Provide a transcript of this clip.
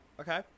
Okay